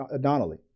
donnelly